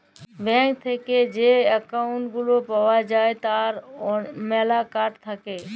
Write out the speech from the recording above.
bank থেক্যে যে account গুলা পাওয়া যায় তার ম্যালা কার্ড থাক্যে